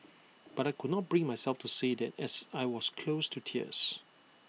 but I could not bring myself to say that as I was close to tears